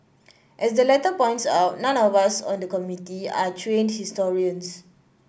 as the letter points out none of us on the Committee are trained historians